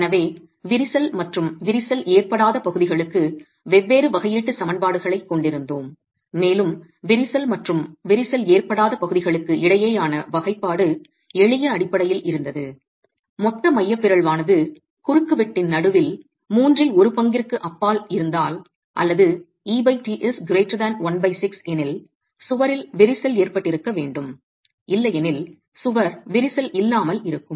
எனவே விரிசல் மற்றும் விரிசல் ஏற்படாத பகுதிகளுக்கு வெவ்வேறு வகையீட்டு சமன்பாடுகளைக் கொண்டிருந்தோம் மேலும் விரிசல் மற்றும் விரிசல் ஏற்படாத பகுதிகளுக்கு இடையேயான வகைப்பாடு எளிய அடிப்படையில் இருந்தது மொத்த மைய பிறழ்வு ஆனது குறுக்குவெட்டின் நடுவில் மூன்றில் ஒரு பங்கிற்கு அப்பால் இருந்தால் அல்லது et 16 எனில் சுவரில் விரிசல் ஏற்பட்டிருக்க வேண்டும் இல்லையெனில் சுவர் விரிசல் இல்லாமல் இருக்கும்